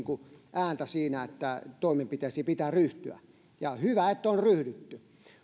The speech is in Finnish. ääntä siinä että toimenpiteisiin pitää ryhtyä ja hyvä että on ryhdytty